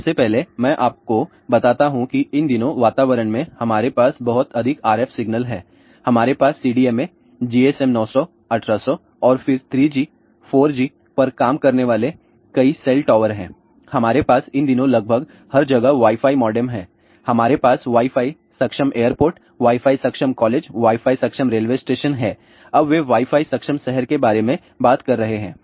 सबसे पहले मैं आपको बताता हूं कि इन दिनों वातावरण में हमारे पास बहुत अधिक RF सिग्नल हैं हमारे पास CDMA GSM 900 1800 और फिर 3G 4G पर काम करने वाले कई सेल टॉवर हैं हमारे पास इन दिनों लगभग हर जगह वाई फाई मॉडेम हैं हमारे पास वाई फाई सक्षम एयरपोर्ट वाई फाई सक्षम कॉलेज वाई फाई सक्षम रेलवे स्टेशन हैं अब वे वाई फाई सक्षम शहर के बारे में बात कर रहे हैं